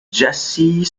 jessie